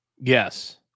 Yes